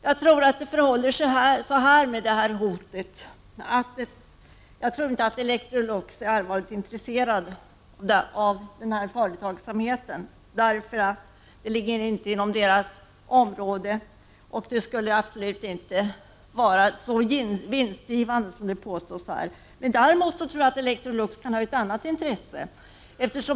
Jag tror att det förhåller sig så med det här hotet, att Electrolux inte är allvarligt intresserat av den här företagsamheten, då det inte ligger inom företagets område och då det absolut inte skulle vara så vinstgivande som det påstås här. Däremot tror jag att Electrolux kan ha ett annat intresse.